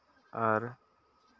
ᱟᱨ